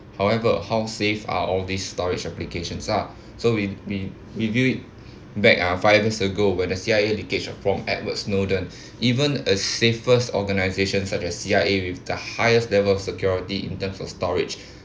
however how safe are all these storage applications are so we we we view it back ah five years ago where the C_I_A leakage from Edward Snowden even a safest organisations such as C_I_A with the highest level of security in terms of storage